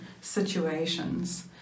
situations